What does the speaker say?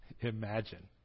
imagine